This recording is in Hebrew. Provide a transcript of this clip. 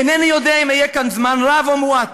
אינני יודע אם אהיה כאן זמן רב או מועט,